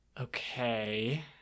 okay